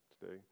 today